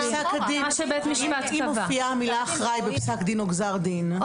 אם מופיעה המילה בפסק דין או גזר דין,